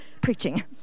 preaching